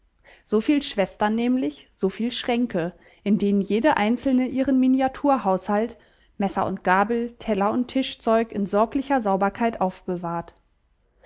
so viel schwestern nämlich so viel schränke in denen jede einzelne ihren miniatur haushalt messer und gabel teller und tischzeug in sorglicher sauberkeit aufbewahrt